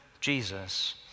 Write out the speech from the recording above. Jesus